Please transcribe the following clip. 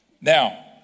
Now